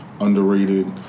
underrated